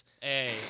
hey